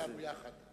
כולם ביחד.